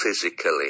physically